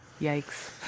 Yikes